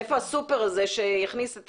איפה הסופר הזה שמכניס?